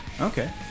Okay